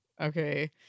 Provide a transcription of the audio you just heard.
okay